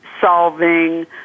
solving